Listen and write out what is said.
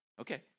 Okay